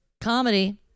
Comedy